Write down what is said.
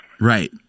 Right